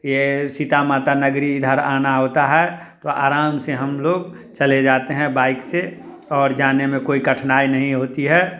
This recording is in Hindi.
ये सीतामाता नगरी इधर आना होता है तो आराम से हम लोग चले जाते हैं बाइक से और जाने में कोई कठिनाई नहीं होती है